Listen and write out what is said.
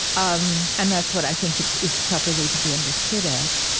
um and that's what i think it is properly to be understood as.